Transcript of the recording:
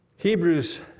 Hebrews